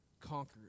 conquered